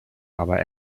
aber